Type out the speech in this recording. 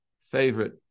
favorite